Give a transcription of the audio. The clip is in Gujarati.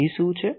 G શું છે